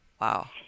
Wow